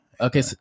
Okay